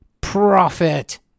Profit